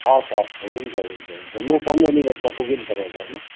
हस् हस् हुन्छ हुन्छ हुन्छ म पन्ध्र मिनटमा पुगेँ नि तपाईँको घरमा